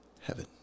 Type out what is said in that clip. heaven